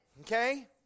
Okay